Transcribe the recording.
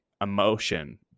emotion